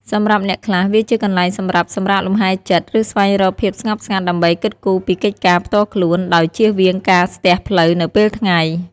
សម្រាប់អ្នកខ្លះ វាជាកន្លែងសម្រាប់ សម្រាកលំហែចិត្ត ឬស្វែងរកភាពស្ងប់ស្ងាត់ដើម្បីគិតគូរពីកិច្ចការផ្ទាល់ខ្លួន ដោយជៀសវាងការស្ទះផ្លូវនៅពេលថ្ងៃ។